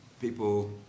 people